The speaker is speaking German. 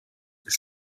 des